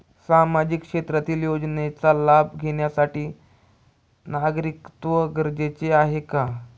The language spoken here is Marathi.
सामाजिक क्षेत्रातील योजनेचा लाभ घेण्यासाठी नागरिकत्व गरजेचे आहे का?